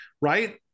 right